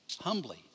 humbly